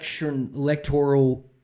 electoral